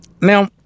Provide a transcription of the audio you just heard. Now